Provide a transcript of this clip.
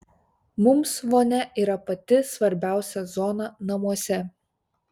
mums vonia yra pati svarbiausia zona namuose